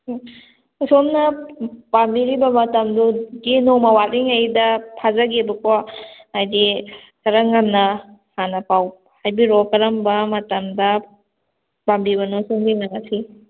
ꯎꯝ ꯁꯣꯝꯅ ꯄꯥꯝꯕꯤꯔꯤꯕ ꯃꯇꯝꯗꯨꯒꯤ ꯅꯣꯡꯃ ꯋꯥꯠꯂꯤꯉꯩꯗ ꯐꯥꯖꯒꯦꯕꯀꯣ ꯍꯥꯏꯗꯤ ꯈꯔ ꯉꯟꯅ ꯍꯥꯟꯅ ꯄꯥꯎ ꯍꯥꯏꯕꯤꯔꯛꯑꯣ ꯀꯔꯝꯕ ꯃꯇꯝꯗ ꯄꯥꯝꯕꯤꯕꯅꯣ ꯁꯣꯝꯒꯤ ꯉꯥꯁꯤ